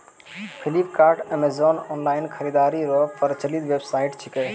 Flipkart Amazon online खरीदारी रो प्रचलित वेबसाइट छिकै